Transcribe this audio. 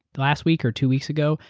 last week or two weeks ago,